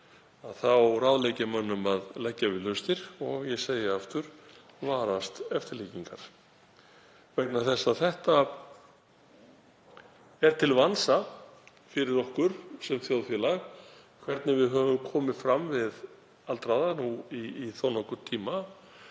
þá ráðlegg ég mönnum að leggja við hlustir og ég segi ég aftur: Varist eftirlíkingar. Það er til vansa fyrir okkur sem þjóðfélag hvernig við höfum komið fram við aldraða í þó nokkurn tíma.